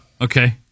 okay